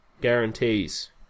guarantees